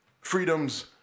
freedoms